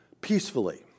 peacefully